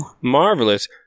Marvelous